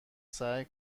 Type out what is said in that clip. سعی